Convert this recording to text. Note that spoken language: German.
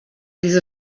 diese